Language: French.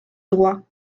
droit